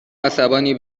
عصبانی